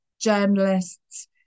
journalists